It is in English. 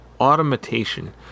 automation